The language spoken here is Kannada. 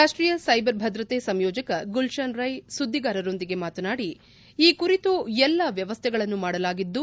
ರಾಷ್ಟೀಯ ಸೈಬರ್ ಭದ್ರತೆ ಸಂಯೋಜಕ ಗುಲ್ಷನ್ ರೈ ಸುದ್ದಿಗಾರರೊಂದಿಗೆ ಮಾತನಾಡಿ ಈ ಕುರಿತು ಎಲ್ಲಾ ವ್ವವಸ್ಥೆಗಳನ್ನು ಮಾಡಲಾಗಿದ್ದು